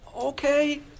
Okay